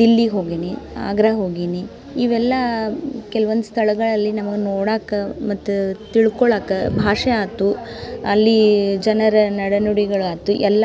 ದಿಲ್ಲಿಗೆ ಹೋಗೀನಿ ಆಗ್ರಾ ಹೋಗೀನಿ ಇವೆಲ್ಲ ಕೆಲ್ವೊಂದು ಸ್ಥಳಗಳಲ್ಲಿ ನಮ್ಗೆ ನೋಡಕ್ಕ ಮತ್ತು ತಿಳ್ಕೊಳ್ಳಕ್ಕೆ ಭಾಷೆ ಆಯ್ತು ಅಲ್ಲಿ ಜನರ ನಡೆ ನುಡಿಗಳಾಯ್ತು ಎಲ್ಲ